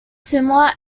similar